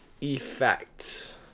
Effect